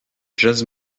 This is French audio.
jazz